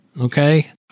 okay